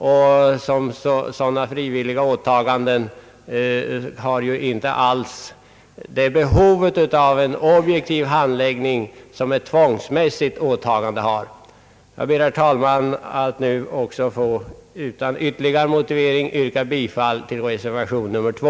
Vid sådana frivilliga åtaganden finns det inte alls samma behov av en objektiv handläggning som när det gäller ett tvångsmässigt åtagande. Jag ber, herr talman, att utan ytterligare motivering få yrka bifall till reservation 2.